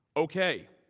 okay.